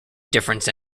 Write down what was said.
difference